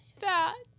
that